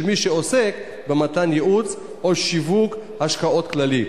של מי שעוסק במתן ייעוץ או שיווק השקעות כללי,